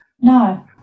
No